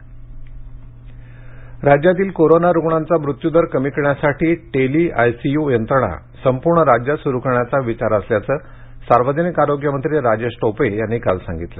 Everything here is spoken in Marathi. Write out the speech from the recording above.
टेली आयसीय् राज्यातील कोरोना रुग्णांचा मृत्यूदर कमी करण्यासाठी टेली आयसीयू यंत्रणा संपूर्ण राज्यात सुरू करण्याचा विचार असल्याचं सार्वजनिक आरोग्य मंत्री राजेश टोपे यांनी काल सांगितलं